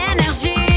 Energy